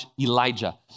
Elijah